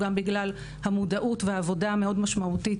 גם בגלל המודעות והעבודה המשמעותית